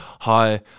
hi